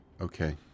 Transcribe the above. Okay